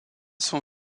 son